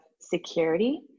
security